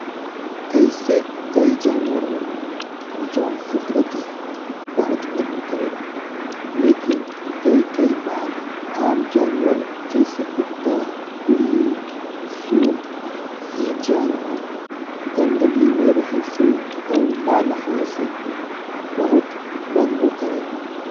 अइसें कई जानवर होला जौन कुदरती बहुत बदबू करेला। लेकिन कई कई बार आम जानवर जैसे कुत्ता, बिल्ली, सुअर ई जानवर गंदगी में रहे से और ना नहाये से भी बहुत बदबू करेला।